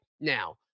now